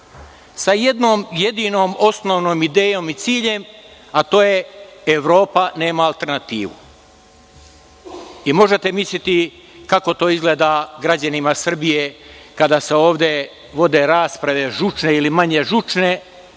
sa jednom jedinom osnovnom idejom i ciljem, a to je – Evropa nema alternativu. Možete misliti kako to izgleda građanima Srbije kada se ovde vode rasprave, žučne ili manje žučne,